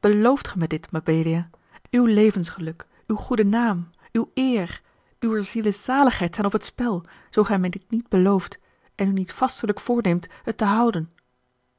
belooft gij mij dit mabelia uw levensgeluk uw goede naam uwe eer uwer ziele zaligheid staan op het spel zoo gij mij dit niet belooft en u niet vastelijk voorneemt het te houden